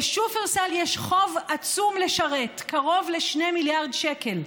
לשופרסל יש חוב עצום לשרת, קרוב ל-2 מיליארד שקל.